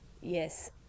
Yes